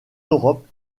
europe